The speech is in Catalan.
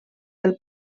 del